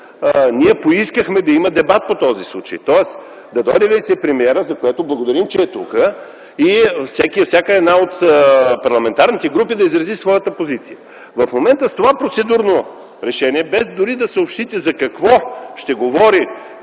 ние поискахме да има дебат по този случай, тоест да дойде вицепремиерът, за което благодарим, че е тук и всяка една от парламентарните групи да изрази своята позиция. В момента с това процедурно решение, без дори да съобщите за какво ще говори